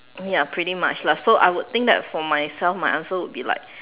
ya pretty much lah so I would think that for myself my answer would be like